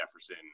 jefferson